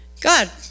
God